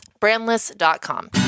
Brandless.com